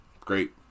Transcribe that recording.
Great